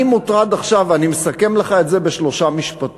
אני מסכם לך את זה בשלושה משפטים.